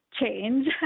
change